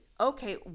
Okay